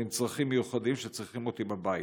עם צרכים מיוחדים שצריכים אותי בבית.